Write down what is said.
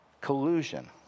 collusion